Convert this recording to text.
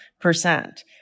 percent